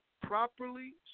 properly